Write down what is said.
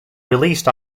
released